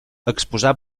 exposà